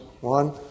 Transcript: One